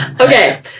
okay